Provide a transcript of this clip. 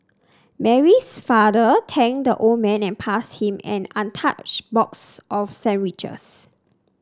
Mary's father thanked the old man and passed him an untouched box of sandwiches